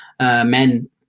men